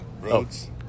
roads